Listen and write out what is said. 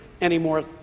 anymore